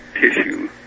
tissue